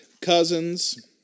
Cousins